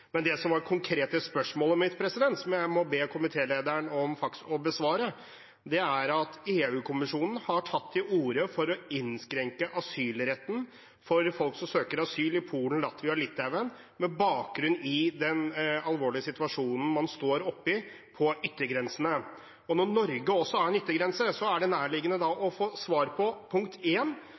Det som var det konkrete spørsmålet mitt, som jeg må be komitélederen om å besvare, gjelder at EU-kommisjonen har tatt til orde for å innskrenke asylretten for folk som søker asyl i Polen, Latvia og Litauen med bakgrunn i den alvorlige situasjonen man står i på yttergrensene. Når Norge også har en yttergrense, er det nærliggende å få svar på punkt